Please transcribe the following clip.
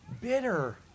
bitter